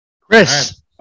Chris